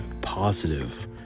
positive